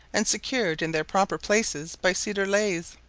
and secured in their proper places by cedar laths,